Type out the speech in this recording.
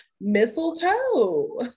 mistletoe